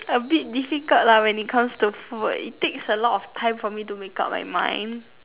a bit difficult lah when it comes to food it takes a lot of time for me to make up like mind